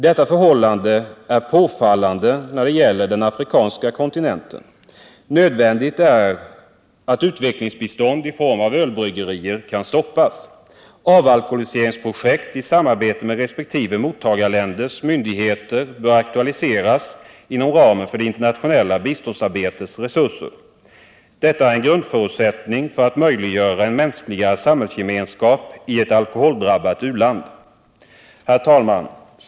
Detta förhållande är påfallande när det gäller den afrikanska kontinenten. Nödvändigt är att utvecklingsbistånd i form av ölbryggerier kan stoppas. Avalkoholiseringsprojekt i samarbete med resp. mottagarländers myndigheter bör aktualiseras inom ramen för det internationella biståndsarbetets resurser. Detta är en grundförutsättning för att möjliggöra en mänskligare samhällsgemenskap i ett alkoholdrabbat u-land. Herr talman!